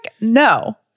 No